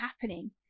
happening